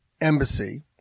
embassy